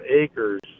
acres